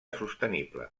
sostenible